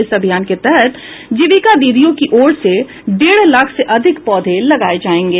इस अभियान के तहत जीविका दीदियों की ओर से डेढ़ लाख से अधिक पौधे लगाये जायेंगे